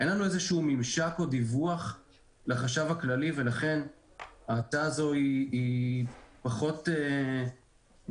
אין לנו איזה ממשק או דיווח לחשב הכללי ולכן ההצעה הזו פחות מקובלת,